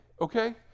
okay